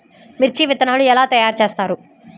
మిర్చి విత్తనాలు ఎలా తయారు చేస్తారు?